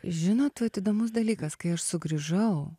žinot vat įdomus dalykas kai aš sugrįžau